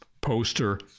poster